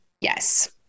Yes